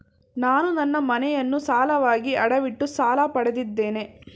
ನಾನು ನನ್ನ ಮನೆಯನ್ನು ಸಾಲವಾಗಿ ಅಡವಿಟ್ಟು ಸಾಲ ಪಡೆದಿದ್ದೇನೆ